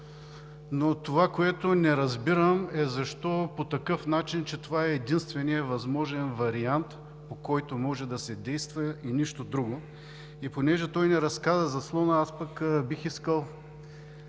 Това, което не разбирам, е защо по такъв начин – че това е единственият възможен вариант, по който може да се действа, и нищо друго. Понеже той ни разказа за слона, аз пък бих искал